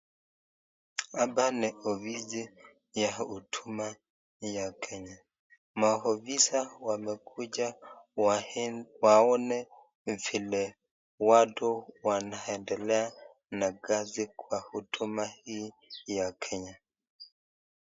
Hapa ni ofisi ya huduma ya Kenya. Maofisa wamekuja wahen waone vile watu wanaendelea na kazi kwa huduma hii ya Kenya.